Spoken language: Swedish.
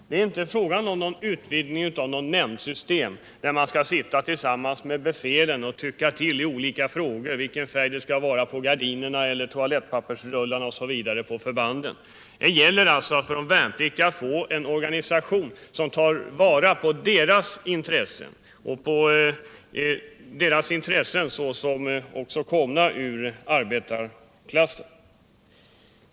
Det är inte fråga om någon utvidgning av något nämndsystem, där de värnpliktiga sitter tillsammans med befälen och tycker i olika frågor, vilken färg det skall vara på gardiner eller på toalettpappersrullar osv. på förbandet. Det gäller för de värnpliktiga att få en organisation, som tar vara på deras intressen — också såsom komna ur arbetarklassen.